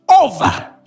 over